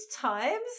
times